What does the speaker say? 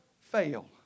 fail